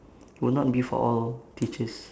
will not be for all teachers